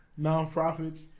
Nonprofits